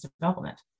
development